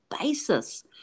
basis